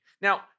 Now